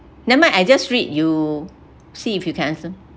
never mind I just read you see if you answer